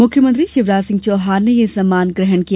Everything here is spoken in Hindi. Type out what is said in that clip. मुख्यमंत्री शिवराज सिंह चौहान ने यह सम्मान ग्रहण किया